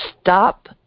stop